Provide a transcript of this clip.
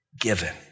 given